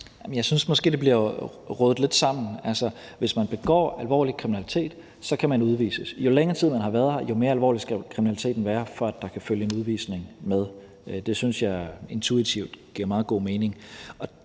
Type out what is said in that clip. Jeg synes måske, at det bliver rodet lidt sammen. Hvis man begår alvorlig kriminalitet, kan man blive udvist. Jo længere tid man har været her, jo mere alvorlig skal kriminaliteten være, for at der kan følge en udvisning med. Det synes jeg intuitivt giver meget god mening.